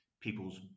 people's